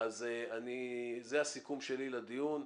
זה הסיכום שלי לדיון,